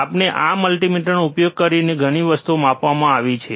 અને આપણે આ મલ્ટિમીટરનો ઉપયોગ કરીને ઘણી વસ્તુઓ માપવામાં આવી છે